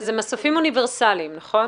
אלה מסופים אוניברסליים, נכון?